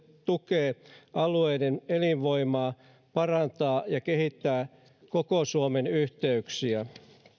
tukee alueiden elinvoimaa parantaa ja kehittää koko suomen yhteyksiä